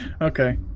Okay